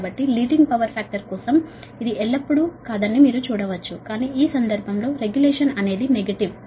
కాబట్టి leading power factor కోసం regulation ఎల్లప్పుడూ అవసరం లేదని మీరు చూడవచ్చు కానీ ఈ సందర్భంలో రెగ్యులేషన్ అనేది నెగటివ్